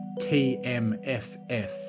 tmff